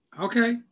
okay